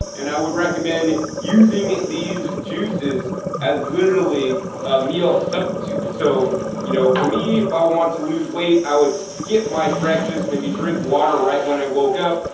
and i would recommend using these juices as literally a meal substitute. so you know for me if i want to lose weight i would skip my breakfast, maybe drink water right when i woke up,